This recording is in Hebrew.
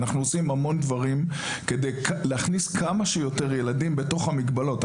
ואנחנו עושים המון דברים כדי להכניס כמה שיותר ילדים בתוך המגבלות.